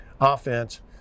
offense